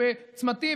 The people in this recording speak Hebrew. בצמתים,